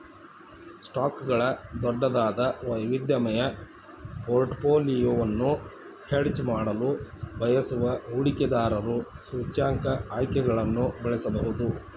ಸ್ಟಾಕ್ಗಳ ದೊಡ್ಡದಾದ, ವೈವಿಧ್ಯಮಯ ಪೋರ್ಟ್ಫೋಲಿಯೊವನ್ನು ಹೆಡ್ಜ್ ಮಾಡಲು ಬಯಸುವ ಹೂಡಿಕೆದಾರರು ಸೂಚ್ಯಂಕ ಆಯ್ಕೆಗಳನ್ನು ಬಳಸಬಹುದು